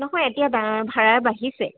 নহয় এতিয়া দা ভাড়া বাঢ়িছে